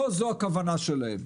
לא זו הכוונה שלהן.